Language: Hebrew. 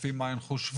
לפי מה הן חושבו?